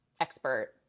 expert